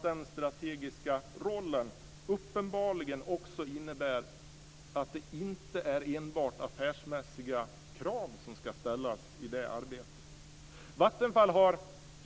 Den strategiska rollen innebär uppenbarligen också att det inte är enbart affärsmässiga krav som ska ställas i det arbetet.